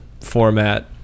format